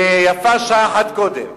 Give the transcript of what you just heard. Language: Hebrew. ויפה שעה אחת קודם,